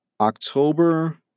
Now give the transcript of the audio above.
October